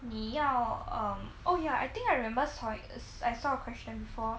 你要 um oh ya I think I remember sawin~ err I saw a question four